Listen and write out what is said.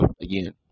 Again